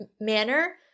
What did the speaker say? manner